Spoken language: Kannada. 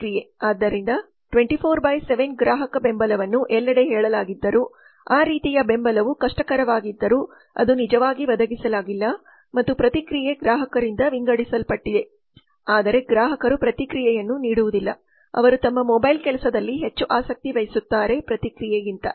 ಆದ್ದರಿಂದ ಈ 24 ಬೈ 7 ಗ್ರಾಹಕ ಬೆಂಬಲವನ್ನು ಎಲ್ಲೆಡೆ ಹೇಳಲಾಗಿದ್ದರೂ ಆ ರೀತಿಯ ಬೆಂಬಲವು ಕಷ್ಟಕರವಾಗಿದ್ದರೂ ಅದನ್ನು ನಿಜವಾಗಿ ಒದಗಿಸಲಾಗಿಲ್ಲ ಮತ್ತು ಪ್ರತಿಕ್ರಿಯೆ ಗ್ರಾಹಕರಿಂದ ವಿಂಗಡಿಸಲ್ಪಟ್ಟಿದೆ ಆದರೆ ಗ್ರಾಹಕರು ಪ್ರತಿಕ್ರಿಯೆಯನ್ನು ನೀಡುವುದಿಲ್ಲ ಅವರು ತಮ್ಮ ಮೊಬೈಲ್ ಕೆಲಸದಲ್ಲಿ ಹೆಚ್ಚು ಆಸಕ್ತಿ ವಹಿಸುತ್ತಾರೆ ಪ್ರತಿಕ್ರಿಯೆಗಿಂತ